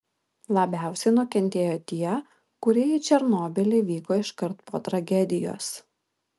labiausiai nukentėjo tie kurie į černobylį vyko iškart po tragedijos